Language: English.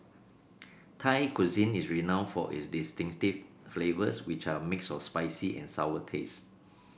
Thai cuisine is renowned for its distinctive flavors which are a mix of spicy and sour taste